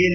L